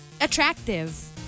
attractive